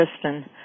Kristen